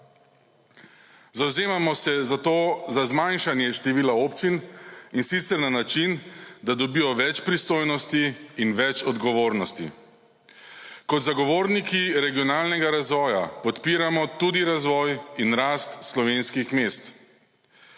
Zavzemamo se, zato za zmanjšanje števila občin in sicer na način, da dobijo več pristojnosti in več odgovornosti. Kot zagovorniki regionalnega razvoja podpiramo tudi razvoj in rast slovenskih mest.